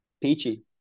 Peachy